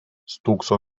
stūkso